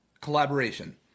Collaboration